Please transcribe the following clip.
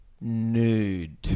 Nude